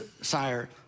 Sire